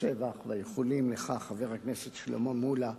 השבח והאיחולים לך, חבר הכנסת שלמה מולה,